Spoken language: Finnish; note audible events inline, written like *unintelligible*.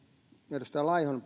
edustaja laihon *unintelligible*